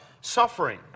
suffering